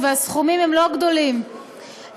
המפלגות הן מוסד חשוב בכל משטר דמוקרטי בריא.